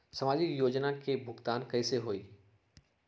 समाजिक योजना के भुगतान कैसे होई?